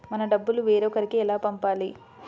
మన డబ్బులు వేరొకరికి ఎలా పంపాలి?